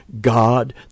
God